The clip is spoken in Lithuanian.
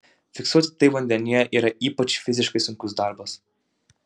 fiksuoti tai vandenyje yra ypač fiziškai sunkus darbas